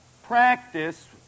practice